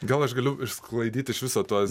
gal aš galiu išsklaidyt iš viso tuos